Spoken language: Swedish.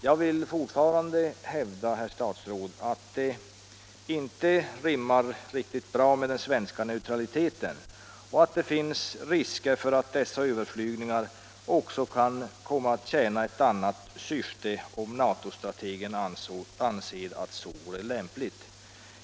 Jag vill fortfarande hävda, herr statsråd, att det inte rimmar riktigt bra med den svenska neutraliteten och att det finns risker för att dessa överflygningar kan komma att tjäna ett annat syfte om NATO-strategerna anser att så vore lämpligt.